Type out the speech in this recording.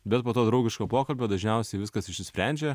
bet po to draugiško pokalbio dažniausiai viskas išsisprendžia